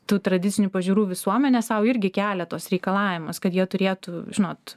tų tradicinių pažiūrų visuomenė sau irgi kelia tuos reikalavimus kad jie turėtų žinot